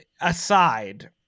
aside